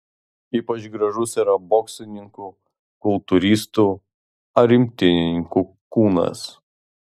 ypač gražus yra boksininkų kultūristų ar imtynininkų kūnas